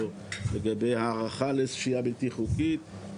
או לגבי הערכה לשהייה בלתי חוקית.